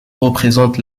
représente